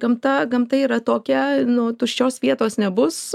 gamta gamta yra tokia nu tuščios vietos nebus